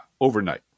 overnight